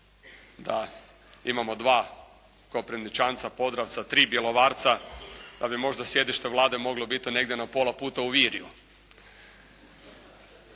da imamo dva Koprivničanca, Podravca, 3 Bjelovarca. Da bi možda sjedište Vlade moglo biti negdje na pola putu u Virju.